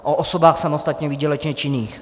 O osobách samostatně výdělečně činných.